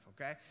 okay